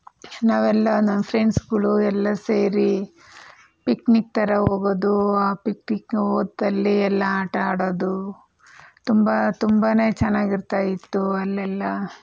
ನಾವೆಲ್ಲ ನಾವು ಫ್ರೆಂಡ್ಸ್ಗಳು ಎಲ್ಲ ಸೇರಿ ಪಿಕ್ನಿಕ್ ಥರ ಹೋಗೋದು ಆ ಪಿಕ್ನಿಕ್ಗೆ ಹೋದಲ್ಲಿ ಎಲ್ಲ ಆಟ ಆಡೋದು ತುಂಬ ತುಂಬನೇ ಚೆನ್ನಾಗಿರ್ತಾಯಿತ್ತು ಅಲ್ಲೆಲ್ಲ